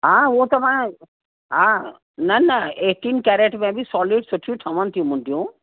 हा हूअ त मां हा न न एटीन कैरेट में बि सोलिड सुठी ठवनि थियूं मुंडियूं